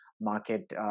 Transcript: market